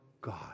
god